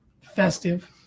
Festive